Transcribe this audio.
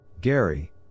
Gary